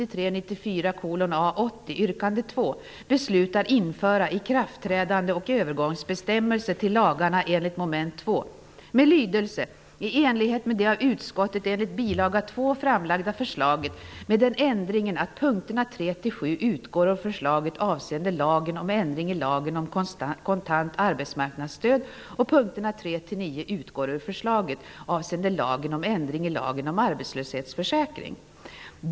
Om nu Johnny Ahlqvist vill vara konsekvent och stå fast vid sitt ord går det utmärkt genom att stödja mitt yrkande. Nu är det klarspråk som gäller. Hur kommer ni att göra? Det svenska folket har rätt att kräva ett rakt och entydigt svar från sina politiker och från sina politiska partier.